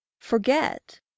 forget